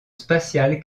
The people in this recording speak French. spatiale